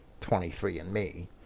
23andMe